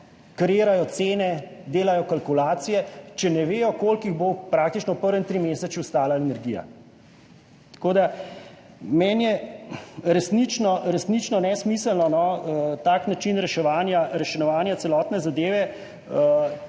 kreirajo cene, delajo kalkulacije, če ne vedo, koliko jih bo praktično v prvem trimesečju stala energija. Tako da, meni je resnično tak način reševanja celotne zadeve